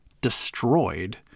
destroyed